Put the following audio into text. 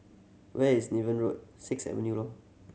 where is Niven Road six seven